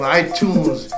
iTunes